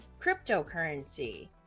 cryptocurrency